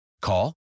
Call